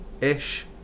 ish